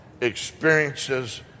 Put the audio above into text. experiences